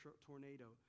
tornado